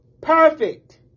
perfect